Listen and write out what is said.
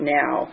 now